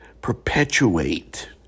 perpetuate